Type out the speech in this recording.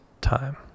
time